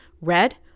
red